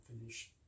finish